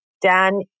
Dan